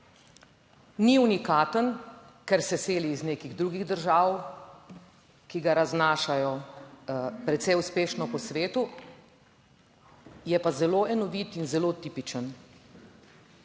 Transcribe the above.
Ni unikaten, ker se seli iz nekih drugih držav, ki ga raznašajo precej uspešno po svetu, je pa zelo enovit in zelo tipičen.